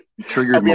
Triggered